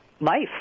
life